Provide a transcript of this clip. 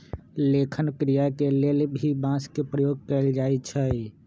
लेखन क्रिया के लेल भी बांस के प्रयोग कैल जाई छई